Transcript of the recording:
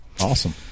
Awesome